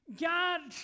God